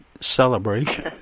celebration